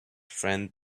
friend